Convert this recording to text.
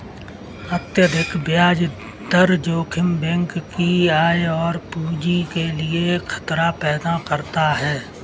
अत्यधिक ब्याज दर जोखिम बैंक की आय और पूंजी के लिए खतरा पैदा करता है